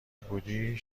بودی